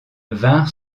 vinrent